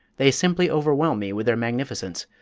they simply overwhelm me with their magnificence!